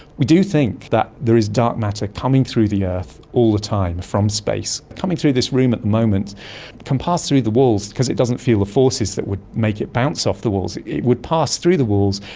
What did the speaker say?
we do think that there is dark matter coming through the earth all the time from space, coming through this room at the moment, it can pass through the walls because it doesn't feel the forces that would make it bounce off the walls, it would pass through the walls,